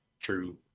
True